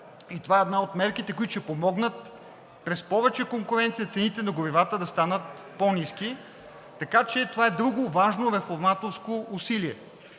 Това е една от мерките, които ще помогнат през повече конкуренция, цените на горивата да станат по-ниски. Така че това е друго важно реформаторско усилие.